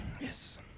Yes